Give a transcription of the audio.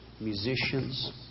musicians